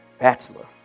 Bachelor